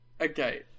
Okay